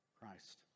Christ